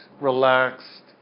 relaxed